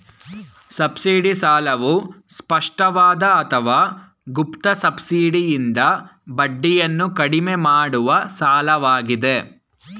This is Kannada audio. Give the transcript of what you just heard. ಸಬ್ಸಿಡಿ ಸಾಲವು ಸ್ಪಷ್ಟವಾದ ಅಥವಾ ಗುಪ್ತ ಸಬ್ಸಿಡಿಯಿಂದ ಬಡ್ಡಿಯನ್ನ ಕಡಿಮೆ ಮಾಡುವ ಸಾಲವಾಗಿದೆ